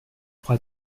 crois